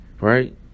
right